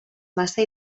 massa